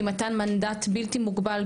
היא מתן מנדט בלתי מוגבל,